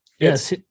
yes